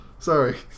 Sorry